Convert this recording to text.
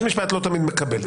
לא תמיד בית משפט מקבל את זה.